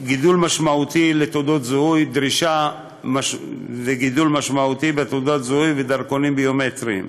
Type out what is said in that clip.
גידול משמעותי בדרישה לתעודות זהות ולדרכונים ביומטריים.